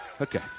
Okay